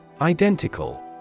Identical